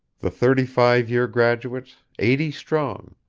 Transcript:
the thirty-five-year graduates, eighty strong,